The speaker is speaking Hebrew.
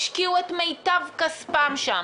השקיעו את מיטב כספם שם,